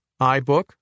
iBook